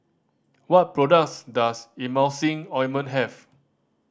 what products does Emulsying Ointment have